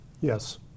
Yes